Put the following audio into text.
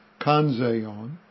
Kanzeon